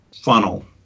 funnel